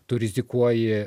tu rizikuoji